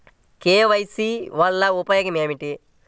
KYC వలన ఉపయోగం ఏమిటీ?